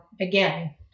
again